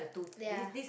ya